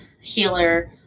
healer